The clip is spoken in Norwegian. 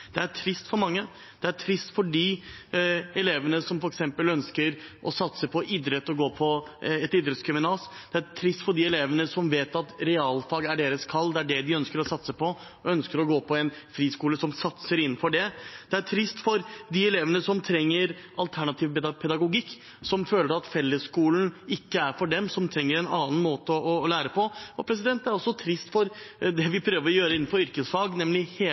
Det er trist for mange. Det er trist for de elevene som f.eks. ønsker å satse på idrett og gå på et idrettsgymnas. Det er trist for de elevene som vet at realfag er deres kall, og at de ønsker å gå på en friskole som satser innenfor det. Det er trist for de elevene som trenger alternativ pedagogikk, som føler at fellesskolen ikke er for dem, og som trenger en annen måte å lære på. Og det er også trist for det vi prøver å gjøre innenfor yrkesfag, nemlig